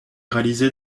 réalisés